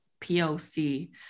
POC